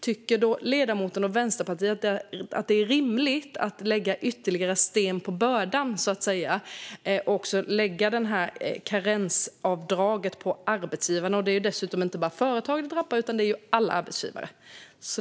Tycker ledamoten och Vänsterpartiet att det är rimligt att lägga ytterligare sten på bördan, så att säga, och lägga karensavdraget på arbetsgivaren? Det är ju dessutom inte bara företag det drabbar utan alla arbetsgivare.